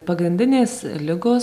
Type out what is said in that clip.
pagrindinės ligos